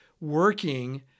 working